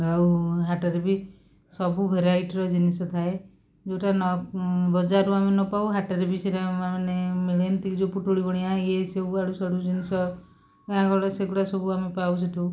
ଆଉ ହାଟେରେ ବି ସବୁ ଭେରାଇଟର ଜିନିଷ ଥାଏ ଯେଉଁଟା ନ ବଜାରରୁ ଆମେ ନପାଉ ହାଟେରେ ବି ସେଇରା ମାନେ ମିଳେ ଏମିତିକି ଯେଉଁ ପୁଟୁଳି ବଣିଆ ଇଏ ସବୁ ଆଡ଼ୁସାଡ଼ୁ ଜିନିଷ ଗାଁଗହଳିର ସେଗୁଡ଼ା ସବୁ ଆମେ ପାଉ ସେଇଠୁ